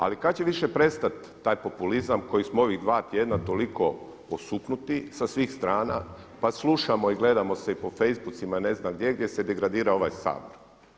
Ali kad će više prestat taj populizam koji smo ovih dva tjedna toliko osupnuti sa svih strana, pa slušamo i gledamo se i po Faceboocima i ne znam gdje gdje se degradira ovaj Sabor.